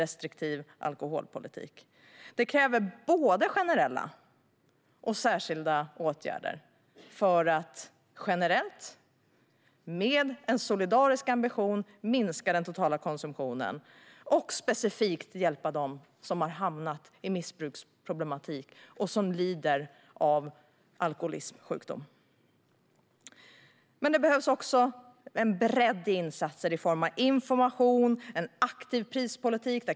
Detta kräver både generella och särskilda åtgärder för att generellt, med en solidarisk ambition, minska den totala konsumtionen och specifikt hjälpa dem som har hamnat i missbruksproblematik och lider av alkoholismsjukdom. Men det behövs också bredd i insatserna i form av information och en aktiv prispolitik.